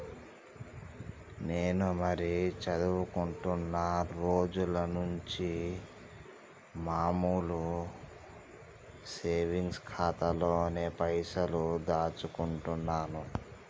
నేను మరీ చదువుకుంటున్నా రోజుల నుంచి మామూలు సేవింగ్స్ ఖాతాలోనే పైసలు దాచుకుంటున్నాను